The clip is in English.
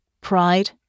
pride